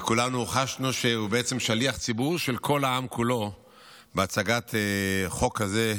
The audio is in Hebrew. וכולנו חשנו שהוא בעצם שליח ציבור של כל העם בהצעת החוק הזה,